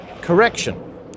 Correction